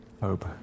hope